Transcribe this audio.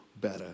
better